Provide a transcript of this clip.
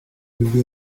nibwo